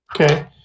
Okay